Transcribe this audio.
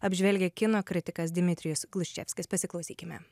apžvelgia kino kritikas dimitrijus klusčevskis pasiklausykime